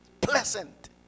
Pleasant